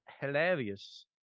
hilarious